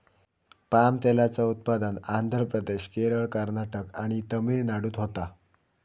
palm तेलाचा उत्पादन आंध्र प्रदेश, केरळ, कर्नाटक आणि तमिळनाडूत होता